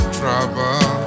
trouble